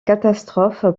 catastrophe